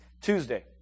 Tuesday